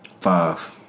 Five